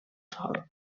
sòl